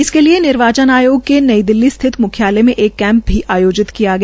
इसके लिए निर्वाचन आयोग ने नई दिल्ली स्थित मुख्यांलय में एक कैंप भी आयोजित कियागया